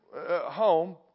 home